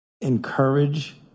encourage